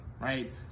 Right